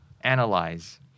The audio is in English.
Analyze